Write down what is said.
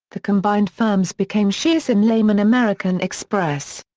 the combined firms became shearson lehman american express.